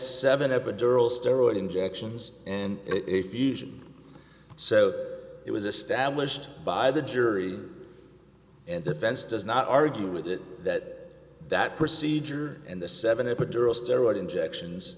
seven epidural steroid injections and a fusion so it was established by the jury and defense does not argue with it that that procedure and the seven epidural steroid injections